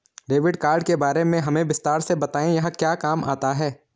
Debit card के बारे में हमें विस्तार से बताएं यह क्या काम आता है?